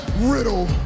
Riddle